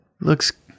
looks